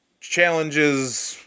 challenges